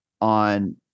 on